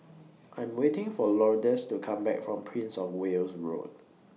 I Am waiting For Lourdes to Come Back from Prince of Wales Road